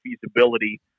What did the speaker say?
feasibility